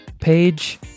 page